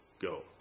go